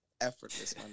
effortless